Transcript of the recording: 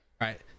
Right